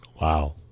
Wow